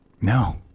No